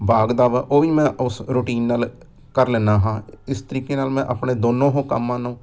ਬਾਗ ਦਾ ਵਾ ਉਹ ਵੀ ਮੈਂ ਉਸ ਰੂਟੀਨ ਨਾਲ ਕਰ ਲੈਂਦਾ ਹਾਂ ਇਸ ਤਰੀਕੇ ਨਾਲ ਮੈਂ ਆਪਣੇ ਦੋਨੋਂ ਹ ਕੰਮਾਂ ਨੂੰ